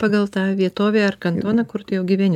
pagal tą vietovę ar kantoną kur tu jau gyveni